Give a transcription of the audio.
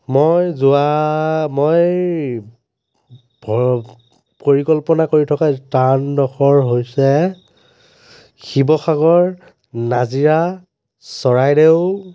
মই যোৱা মই ভ পৰিকল্পনা কৰি থকা স্থানডখৰ হৈছে শিৱসাগৰ নাজিৰা চৰাইদেউ